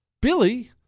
Billy